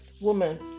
Woman